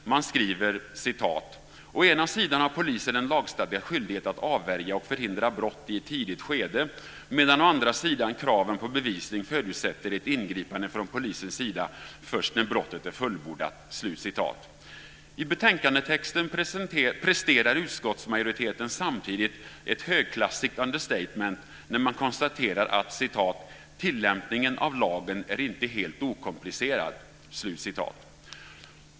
Utskottsmajoriteten skriver: "Å ena sidan har polisen en lagstadgad skyldighet att avvärja och förhindra brott i ett tidigt skede, medan å andra sidan kraven på bevisning förutsätter ett ingripande från polisens sida först när brottet är fullbordat." I betänkandetexten presterar utskottsmajoriteten samtidigt ett högklassigt understatement, när man konstaterar att "tillämpningen av lagen inte är helt okomplicerad".